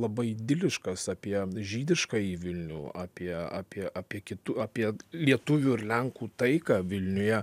labai idiliškas apie žydiškąjį vilnių apie apie apie kitų apie lietuvių ir lenkų taiką vilniuje